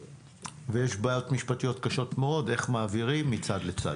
ויש בעיות משפטיות קשות מאוד איך מעבירים מצד לצד.